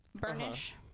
Burnish